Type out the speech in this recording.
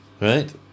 Right